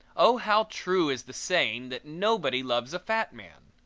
oh how true is the saying that nobody loves a fat man!